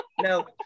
no